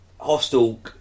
Hostel